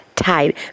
tied